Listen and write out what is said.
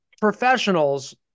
professionals